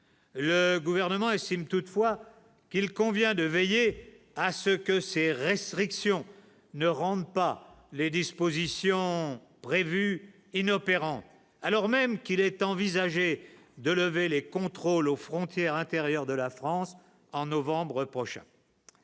le gouvernement estime toutefois qu'il convient de veiller à ce que ces restrictions ne rendent pas les dispositions prévues inopérant, alors même qu'il est envisagé de lever les contrôles aux frontières intérieures de la France en novembre prochain.